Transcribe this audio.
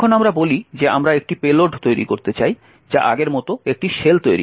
এখন আমরা বলি যে আমরা একটি পেলোড তৈরি করতে চাই যা আগের মতো একটি শেল তৈরি করে